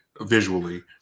visually